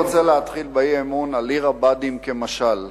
להתחיל באי-אמון על עיר הבה"דים כמשל,